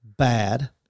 bad